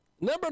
Number